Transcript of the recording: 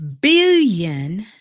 billion